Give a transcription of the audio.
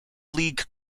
league